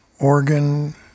Organ